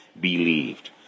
believed